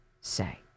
say